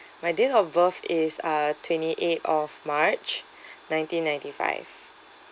my date of birth is uh twenty eighth of march nineteen ninety five